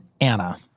Anna